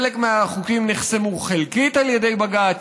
חלק מהחוקים נחסמו חלקית על ידי בג"ץ.